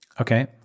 okay